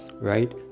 right